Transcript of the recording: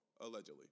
allegedly